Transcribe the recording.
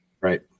Right